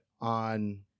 on